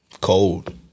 Cold